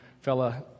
fella